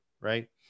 Right